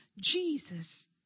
Jesus